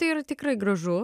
tai yra tikrai gražu